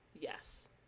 Yes